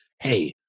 hey